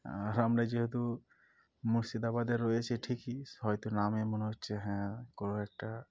আর আমরা যেহেতু মুর্শিদাবাদে রয়েছি ঠিকই হয়তো নামে মনে হচ্ছে হ্যাঁ কোনো একটা